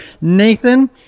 Nathan